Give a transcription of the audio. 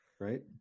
Right